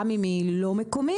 גם אם היא לא מקומית.